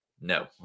No